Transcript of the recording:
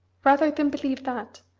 rather than believe that,